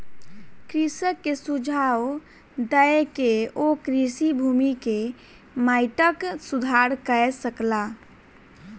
कृषक के सुझाव दय के ओ कृषि भूमि के माइटक सुधार कय सकला